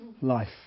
life